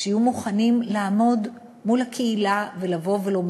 שיהיו מוכנים לעמוד מול הקהילה ולומר: